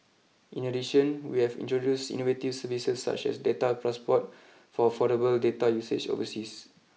in addition we have introduced innovative services such as Data Passport for affordable data usage overseas